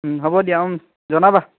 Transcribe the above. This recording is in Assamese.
হ'ব দিয়া জনাবা